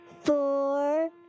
Four